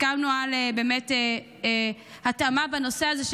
סיכמנו על התאמה בנושא הזה,